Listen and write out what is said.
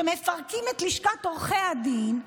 שמפרקים את לשכת עורכי הדין.